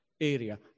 area